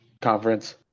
conference